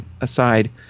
aside